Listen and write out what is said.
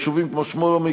יישובים כמו שלומי,